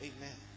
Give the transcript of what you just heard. Amen